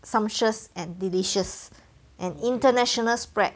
sumptuous and delicious and international spread